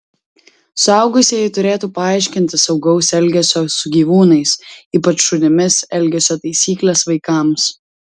suaugusieji turėtų paaiškinti saugaus elgesio su gyvūnais ypač šunimis elgesio taisykles vaikams